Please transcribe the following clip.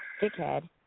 dickhead